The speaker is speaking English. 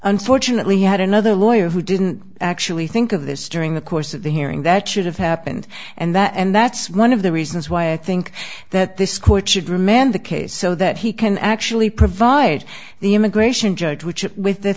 unfortunately had another lawyer who didn't actually think of this during the course of the hearing that should have happened and that and that's one of the reasons why i think that this court should remand the case so that he can actually provide the immigration judge which with the